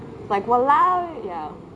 like !walao! eh ya